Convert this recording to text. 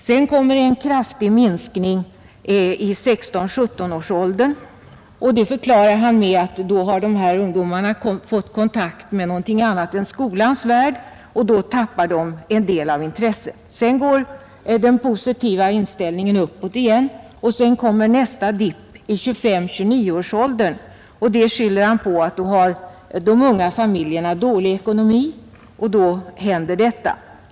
Sedan kommer en kraftig minskning i 16—17-årsåldern. Det förklarar han med att ungdomarna då har fått kontakt med någonting annat än skolans värld och tappar en del av intresset. Sedan går den positiva inställningen uppåt igen, och därefter kommer nästa dip i 25—29-årsåldern. Han skyller det på att de unga familjerna då har dålig ekonomi och får denna inställning.